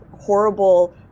horrible